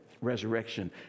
resurrection